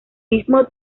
mismo